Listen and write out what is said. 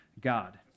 God